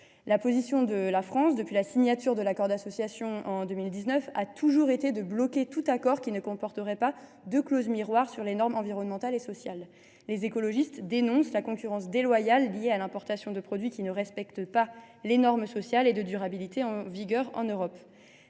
La position de la France, depuis la signature de l’accord d’association en 2019, a toujours été de bloquer tout accord qui ne comporterait pas de clauses miroirs sur les normes environnementales et sociales. Les écologistes dénoncent la concurrence déloyale liée à l’importation de produits qui ne respectent pas les normes sociales et de durabilité en vigueur en Europe.